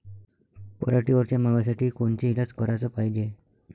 पराटीवरच्या माव्यासाठी कोनचे इलाज कराच पायजे?